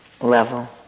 level